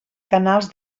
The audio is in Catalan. canals